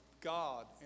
God